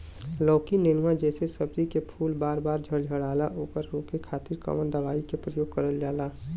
लौकी नेनुआ जैसे सब्जी के फूल बार बार झड़जाला ओकरा रोके खातीर कवन दवाई के प्रयोग करल जा?